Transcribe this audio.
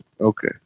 Okay